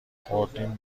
خوردیم